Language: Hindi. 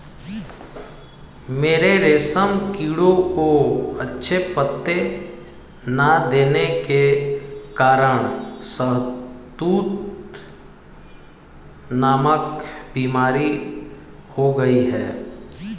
मेरे रेशम कीड़ों को अच्छे पत्ते ना देने के कारण शहदूत नामक बीमारी हो गई है